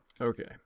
Okay